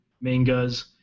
mangas